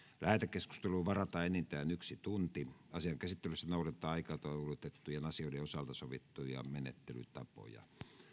lähetekeskusteluun varataan enintään yksi tunti asian käsittelyssä noudatetaan aikataulutettujen asioiden osalta sovittuja menettelytapoja